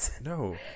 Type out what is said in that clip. No